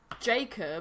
Jacob